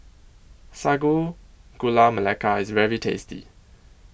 Sago Gula Melaka IS very tasty